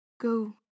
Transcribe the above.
Go